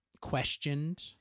questioned